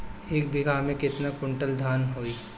एक बीगहा में केतना कुंटल धान होई?